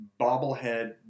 bobblehead